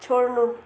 छोड्नु